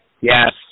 Yes